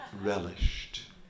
relished